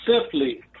simply